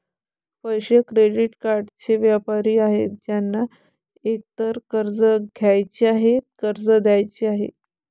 पैसे, क्रेडिटचे व्यापारी आहेत ज्यांना एकतर कर्ज घ्यायचे आहे, कर्ज द्यायचे आहे